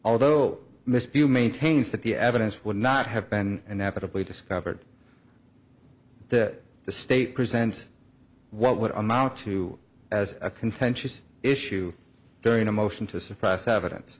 although mr pugh maintains that the evidence would not have been inevitable he discovered that the state presents what would amount to as a contentious issue during a motion to suppress evidence